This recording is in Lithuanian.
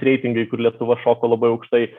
reitingai kur lietuva šoko labai aukštai